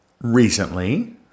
Recently